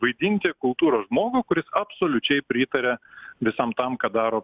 vaidinti kultūros žmogų kuris absoliučiai pritaria visam tam ką daro